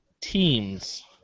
Teams